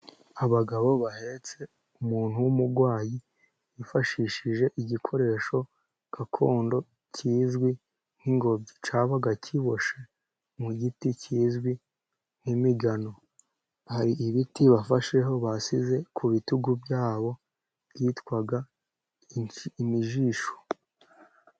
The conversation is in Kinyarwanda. Abagabo bahetse umuntu w'umurwayi bifashishije igikoresho gakondo kizwi nk'ingobyi. Cyabaga kiboshye mu giti kizwi nk'imigano. Hari ibiti bafasheho basize ku bitugu byabo, byitwaga imijisho.